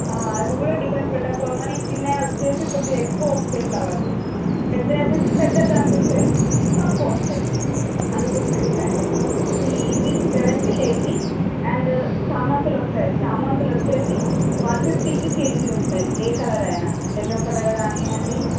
అదికూడా డిఫరెన్సు పెట్టకపోతామని చిన్నవి వచ్చేసి కొద్దిగా ఎక్కువ వస్తాయి ఫ్లవర్సు పెద్దవి వచ్చేసి పెద్దగా కనిపిస్తాయి తక్కువ వస్తాయి అందుకోసమే డిఫరెన్సు ఇవి సెవెంటీ ఎయిటీ అండ్ చామంతులు వస్తాయి చామంతులు వచ్చేసి వన్ ఫిఫ్టీకి కేజీ ఉంటాయి ఏ కలరైన యెల్లో కలర్ కానివ్వండి